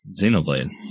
Xenoblade